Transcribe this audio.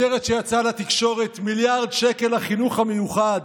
הכותרת שיצאה לתקשורת: מיליארד שקל לחינוך המיוחד.